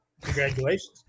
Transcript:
Congratulations